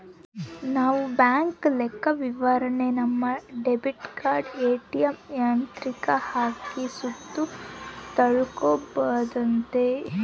ನಾವು ಬ್ಯಾಂಕ್ ಲೆಕ್ಕವಿವರಣೆನ ನಮ್ಮ ಡೆಬಿಟ್ ಕಾರ್ಡನ ಏ.ಟಿ.ಎಮ್ ಯಂತ್ರುಕ್ಕ ಹಾಕಿ ಸುತ ತಿಳ್ಕಂಬೋದಾಗೆತೆ